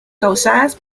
causadas